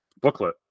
booklet